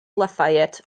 lafayette